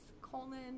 colon